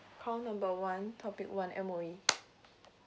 how about one topic one M_O_E